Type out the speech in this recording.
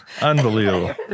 Unbelievable